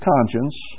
conscience